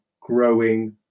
growing